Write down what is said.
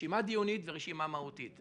רשימה דיונית ורשימה מהותית.